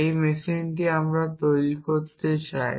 এই মেশিনটি আমরা তৈরি করতে চাই